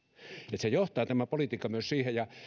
tämä politiikka johtaa myös siihen